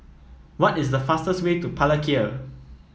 what is the fastest way to Palikir